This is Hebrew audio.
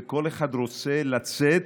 וכל אחד רוצה לצאת